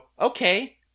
okay